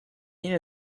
yine